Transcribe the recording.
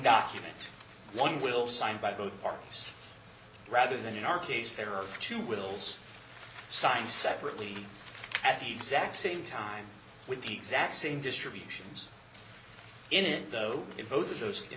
document one will signed by both parties rather than in our case there are two wills signed separately at the exact same time with the exact same distributions in it though i